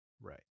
Right